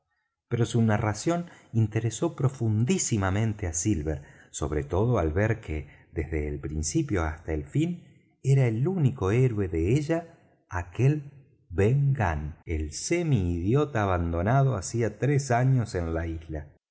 pero su narración interesó profundísimamente á silver sobre todo al ver que desde el principio hasta el fin era el único héroe de ella aquel ben gunn el semi idiota abandonado hacía tres años en la isla